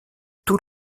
tous